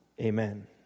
Amen